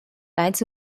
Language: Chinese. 来自